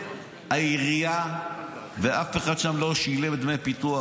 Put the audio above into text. בכספי העירייה ואף אחד שם לא שילם דמי פיתוח.